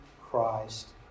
Christ